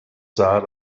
sad